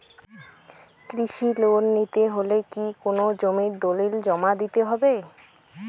কৃষি লোন নিতে হলে কি কোনো জমির দলিল জমা দিতে হবে?